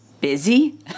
busy